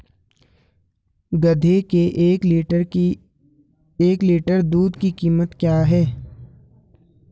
गधे के एक लीटर दूध की कीमत क्या है?